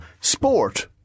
sport